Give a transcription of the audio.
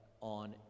on